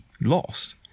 lost